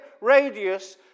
radius